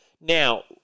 Now